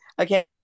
Okay